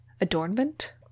adornment